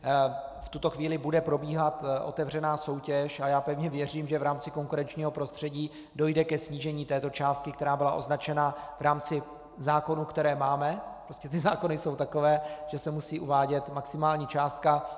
V tuto chvíli bude probíhat otevřená soutěž a já pevně věřím, že v rámci konkurenčního prostředí dojde ke snížení této částky, která byla označena v rámci zákonů, které máme, prostě ty zákony jsou takové, že se musí uvádět maximální částka.